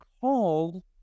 called